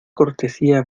cortesía